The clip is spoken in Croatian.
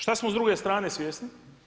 Šta smo s druge strane svjesni?